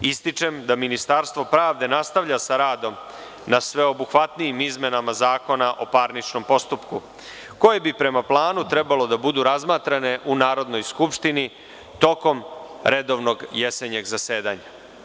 Ističem da Ministarstvo pravde nastavlja sa radom na sveobuhvatnijim izmenama Zakona o parničnom postupku koje bi, prema planu, trebalo da budu razmatrane u Narodnoj skupštini tokom redovnog jesenjeg zasedanja.